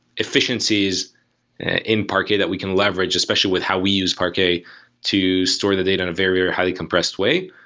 efficiencies in parquet that we can leverage especially with how we use parquet to store the data in a very highly compressed way,